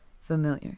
familiar